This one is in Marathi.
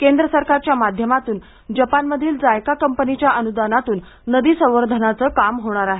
केंद्र सरकारच्या माध्यमातून जपानमधील जायका कंपनीच्या अनुदानातून हे संवर्धनाचे काम होणार आहे